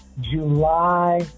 July